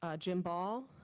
ah jim ball?